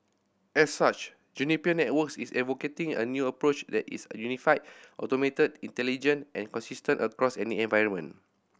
as such Juniper Networks is advocating a new approach that is unified automated intelligent and consistent across any environment